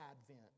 advent